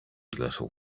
little